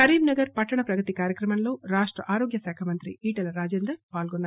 కరీంనగర్ పట్టణ ప్రగతి కార్యక్రమంలో రాష్ట ఆరోగ్య శాఖ మంత్రి ఈటెల రాజేందర్ పాల్గొన్నారు